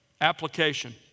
application